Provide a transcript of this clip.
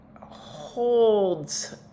holds